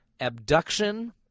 abduction